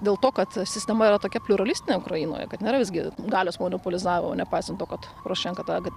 dėl to kad sistema yra tokia pliuralistinė ukrainoje kad nėra visgi galios monopolizavo nepaisant to kad porošenka tą kad